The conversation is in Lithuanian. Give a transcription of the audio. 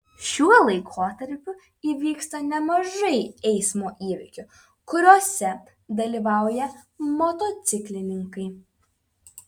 šiuo laikotarpiu įvyksta nemažai eismo įvykių kuriuose dalyvauja motociklininkai